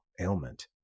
ailment